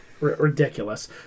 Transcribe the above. Ridiculous